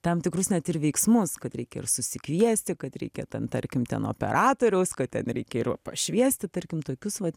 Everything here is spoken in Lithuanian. tam tikrus net ir veiksmus kad reikia ir susikviesti kad reikia ten tarkim ten operatoriaus kad ten reikia ir va pašviesti tarkim tokius vat